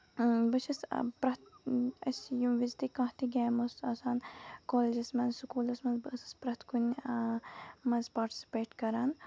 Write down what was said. بہٕ چھَس پرٛٮ۪تھ أسۍ چھِ یِم وِزِ تہِ کانہہ تہِ گیمٕز آسان کولجَس منٛز سکوٗلَس منٛز بہٕ ٲسٕس پرٮ۪تھ کُنہِ منٛز پاٹِسِپیٹ کران